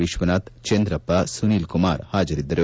ವಿಶ್ವನಾಥ್ ಚಂದ್ರಪ್ಪ ಸುನೀಲ್ ಕುಮಾರ್ ಹಾಜರಿದ್ದರು